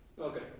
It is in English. Okay